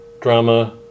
drama